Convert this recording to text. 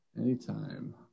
anytime